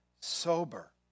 sober